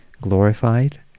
glorified